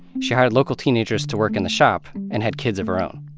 she hired local teenagers to work in the shop and had kids of her own.